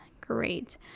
great